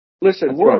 Listen